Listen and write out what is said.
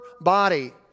body